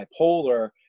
bipolar